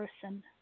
person